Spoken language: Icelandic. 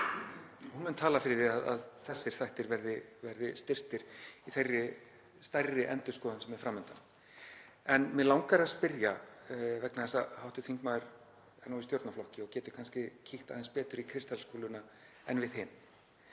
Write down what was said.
hún mun tala fyrir því að þessir þættir verði styrktir í þeirri stærri endurskoðun sem er fram undan. En mig langar að spyrja um það, vegna þess að hv. þingmaður er nú í stjórnarflokki og getur kannski kíkt aðeins betur í kristalskúluna en við hin,